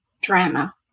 drama